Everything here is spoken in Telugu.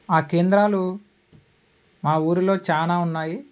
ఆ కేంద్రాలు మా ఊరిలో చాలా ఉన్నాయి